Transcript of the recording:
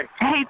Hey